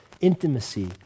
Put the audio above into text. intimacy